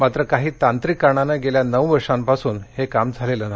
मात्र काही तांत्रिक कारणांनं गेल्या नऊ वर्षापासून हे काम झालेलं नाही